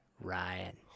Ryan